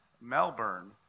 melbourne